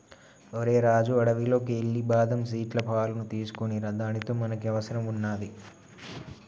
ఓరై రాజు అడవిలోకి ఎల్లి బాదం సీట్ల పాలును తీసుకోనిరా దానితో మనకి అవసరం వున్నాది